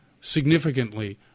significantly